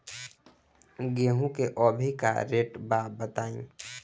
गेहूं के अभी का रेट बा बताई?